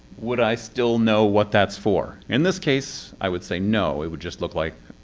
would i still know what that's for? in this case, i would say no. it would just look like.